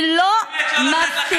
היא לא מפתיעה,